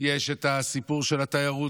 יש את הסיפור של התיירות,